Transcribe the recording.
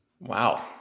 Wow